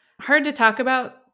hard-to-talk-about